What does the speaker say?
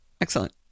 Excellent